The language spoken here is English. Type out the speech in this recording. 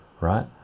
right